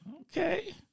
Okay